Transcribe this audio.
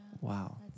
Wow